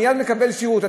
ואתה מייד מקבל שירות.